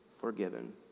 forgiven